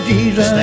Jesus